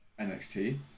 NXT